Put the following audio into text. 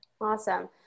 Awesome